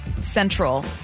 central